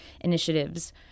initiatives